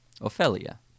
Ophelia